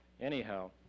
Anyhow